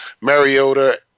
Mariota